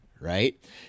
right